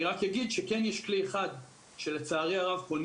אני רק אגיד שכן יש כלי אחד שלצערי פונים